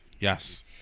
Yes